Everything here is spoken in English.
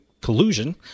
collusion